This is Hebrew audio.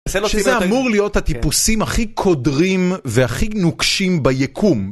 שזה אמור להיות הטיפוסים הכי קודרים והכי נוקשים ביקום.